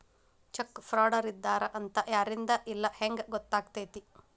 Check ಫ್ರಾಡರಿದ್ದಾರ ಅಂತ ಯಾರಿಂದಾ ಇಲ್ಲಾ ಹೆಂಗ್ ಗೊತ್ತಕ್ಕೇತಿ?